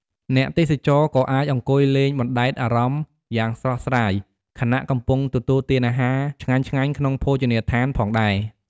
អ្នកទេសចរក៏អាចអង្គុយលេងបណ្ដែតអារម្មណ៍យ៉ាងស្រស់ស្រាយ ខណៈកំពុងទទួលទានអាហារឆ្ងាញ់ៗក្នុងភោជនីយដ្ឋានផងដែរ។